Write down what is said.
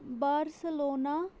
Barcelona